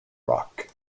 rock